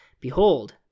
Behold